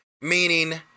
meaning